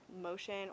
motion